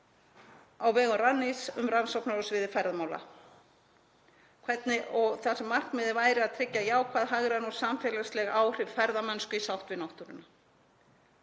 á vegum Rannís um rannsóknir á sviði ferðamála þar sem markmiðið væri að tryggja jákvæð hagræn og samfélagsleg áhrif ferðamennsku í sátt við náttúruna.